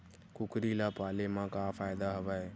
कुकरी ल पाले म का फ़ायदा हवय?